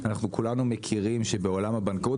אנחנו כולנו מכירים שבעולם הבנקאות,